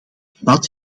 debat